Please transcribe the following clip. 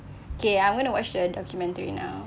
okay I'm gonna watch the documentary now